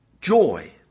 joy